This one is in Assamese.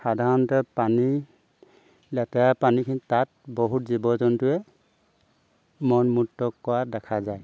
সাধাৰণতে পানী লেতেৰা পানীখিনি তাত বহুত জীৱ জন্তুৱে মল মূত্ৰ কৰা দেখা যায়